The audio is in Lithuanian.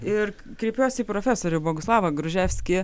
ir kreipiuosi į profesorių boguslavą gruževskį